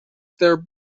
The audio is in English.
their